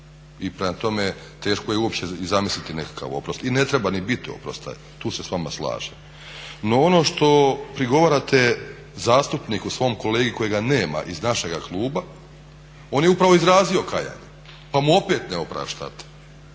i prema tome teško je uopće i zamisliti nekakav oprost i ne treba ni biti oprosta, tu se s vama slažem. No ono što prigovarate zastupniku svom kolegi kojega nema iz našega kluba, on je upravo izrazio kajanje pa mu opet ne opraštate.